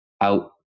out